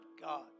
God